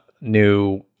new